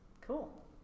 Cool